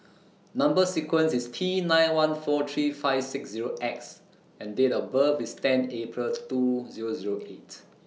Number sequence IS T nine one four three five six Zero X and Date of birth IS ten April two Zero Zero eight